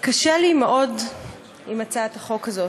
קשה לי מאוד בהצעת החוק הזאת.